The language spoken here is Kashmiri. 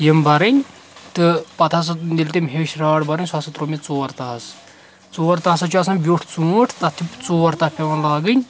یِم بَرٕنۍ تہٕ پَتہٕ ہَسا ییٚلہِ تٔمۍ ہیٚچھۍ راڑ بَرٕنۍ سُہ ہَسا ترٛوو مےٚ ژور تَہس ژور تَہہ ہَسا چھُ آسان وِیوٚٹھ ژوٗنٹھ تتھ چھِ ژور تَہہ پیوٚان لاگٕنۍ